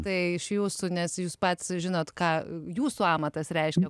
tai iš jūsų nes jūs pats žinot ką jūsų amatas reiškia